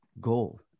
goal